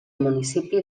municipi